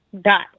dot